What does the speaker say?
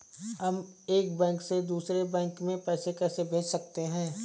हम एक बैंक से दूसरे बैंक में पैसे कैसे भेज सकते हैं?